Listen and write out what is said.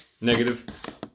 Negative